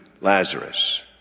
Lazarus